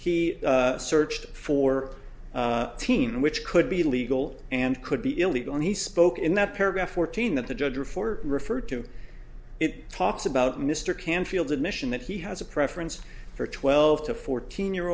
he searched for teen which could be legal and could be illegal and he spoke in that paragraph fourteen that the judge or for refer to it talks about mr canfield admission that he has a preference for twelve to fourteen year